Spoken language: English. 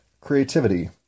creativity